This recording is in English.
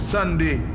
Sunday